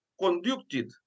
conducted